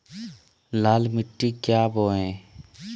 लाल मिट्टी क्या बोए?